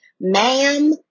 ma'am